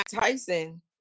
Tyson